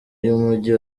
y’umujyi